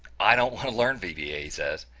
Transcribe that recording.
i don't want to learn vba, he says.